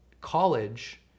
college